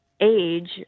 age